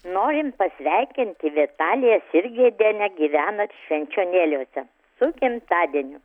norim pasveikint vitaliją sirgėdienę gyvenat švenčionėliuose su gimtadieniu